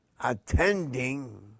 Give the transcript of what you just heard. attending